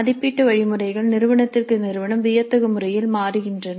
மதிப்பீட்டு வழிமுறைகள் நிறுவனத்திற்கு நிறுவனம் வியத்தகு முறையில் மாறுகின்றன